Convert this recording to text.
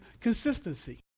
consistency